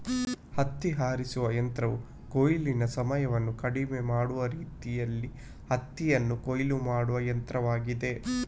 ಹತ್ತಿ ಆರಿಸುವ ಯಂತ್ರವು ಕೊಯ್ಲು ಸಮಯವನ್ನು ಕಡಿಮೆ ಮಾಡುವ ರೀತಿಯಲ್ಲಿ ಹತ್ತಿಯನ್ನು ಕೊಯ್ಲು ಮಾಡುವ ಯಂತ್ರವಾಗಿದೆ